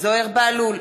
זוהיר בהלול,